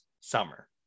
summer